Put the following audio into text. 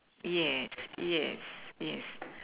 yes yes yes